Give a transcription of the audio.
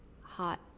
hot